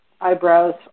eyebrows